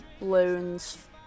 loans